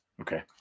Okay